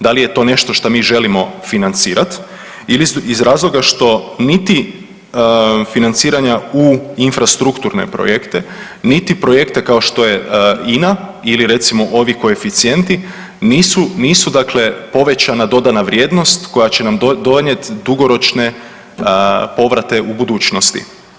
Da li je to nešto što mi želimo financirati ili iz razloga što niti financiranja u infrastrukturne projekte, niti projekte kao što je INA ili recimo ovi koeficijenti nisu dakle povećana dodana vrijednost koja će nam donijeti dugoročne povrate u budućnosti?